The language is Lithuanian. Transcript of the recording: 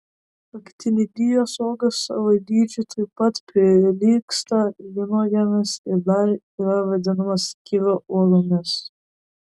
aktinidijos uogos savo dydžiu taip pat prilygsta vynuogėmis ir dar yra vadinamos kivio uogomis